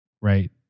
Right